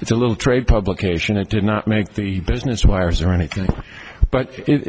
it's a little trade publication it did not make the business wires or anything but it